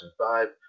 2005